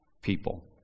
people